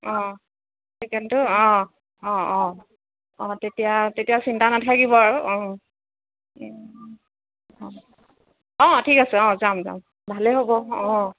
অঁ টিকেটটো অঁ অঁ অঁ অঁ তেতিয়া তেতিয়া চিন্তা নাথাকিব অঁ অঁ অঁ ঠিক আছে অঁ যাম যাম ভালেই হ'ব অঁ